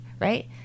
right